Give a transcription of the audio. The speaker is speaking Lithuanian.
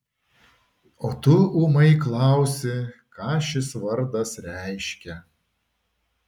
o tu ūmai klausi ką šis vardas reiškia